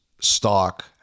stock